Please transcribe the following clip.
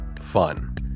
fun